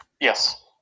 Yes